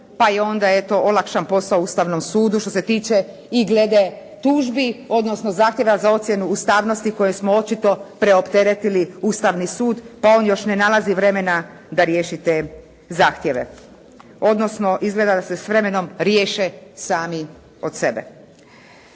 pa je onda eto olakšan posao Ustavnom sudu što se tiče i glede tužbi odnosno zahtjeva za ocjenu ustavnosti koje smo očito preopteretili Ustavni sud pa on još ne nalazi vremena da riješi te zahtjeve odnosno izgleda da se s vremenom riješe sami od sebe.